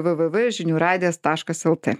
v v v žinių radijas taškas lt